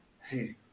Hey